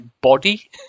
body